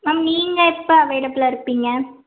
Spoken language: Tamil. மேம் நீங்கள் எப்போ அவைலபிளாக இருப்பிங்க